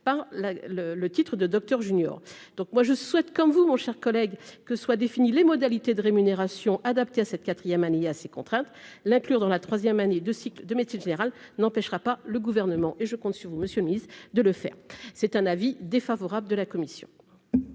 le, le titre de Docteur junior, donc moi je souhaite comme vous, mon cher collègue que soit défini les modalités. De rémunération adaptée à cette 4ème année il a ses contraintes, l'inclure dans la troisième année de cycle de médecine générale n'empêchera pas le gouvernement et je compte sur vous Monsieur mise de le faire, c'est un avis défavorable de la commission.